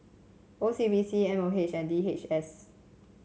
O C B C M O H and D H S